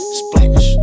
splash